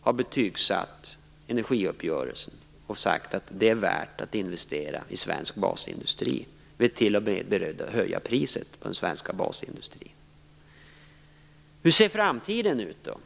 har betygsatt energiuppgörelsen och sagt att det är värt att investera i svensk basindustri. Man är t.o.m. beredd att höja priset på den svenska basindustrin. Hur ser framtiden ut då?